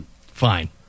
Fine